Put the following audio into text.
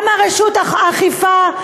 גם רשות האכיפה,